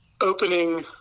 opening